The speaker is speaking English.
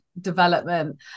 development